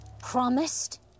promised